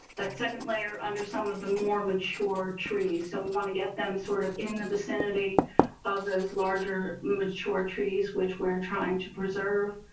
that second layer under some of the more and mature trees. so we want to get them sort of in the vicinity of those larger mature trees which we're trying to preserve